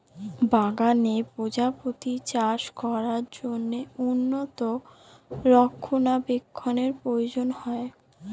বাগানে প্রজাপতি চাষ করার জন্য উন্নত রক্ষণাবেক্ষণের প্রয়োজন হয়